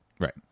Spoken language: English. Right